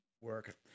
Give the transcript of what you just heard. work